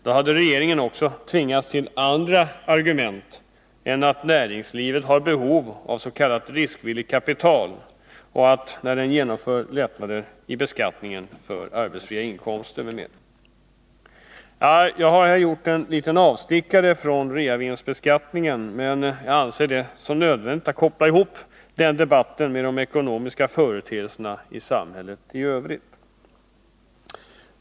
Då hade regeringen också tvingats använda andra argument när den genomför lättnader i beskattningen av arbetsfria inkomster än att näringslivet har behov av s.k. riskvilligt kapital. Fru talman! Jag har här gjort en liten avstickare från reavinstbeskattningen, men jag anser det nödvändigt att koppla ihop den debatten med de ekonomiska företeelserna i samhället i övrigt.